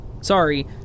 sorry